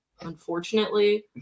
unfortunately